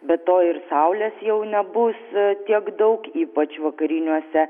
be to ir saulės jau nebus tiek daug ypač vakariniuose